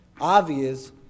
obvious